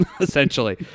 essentially